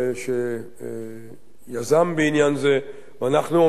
שיזם בעניין זה, ואנחנו עומדים אכן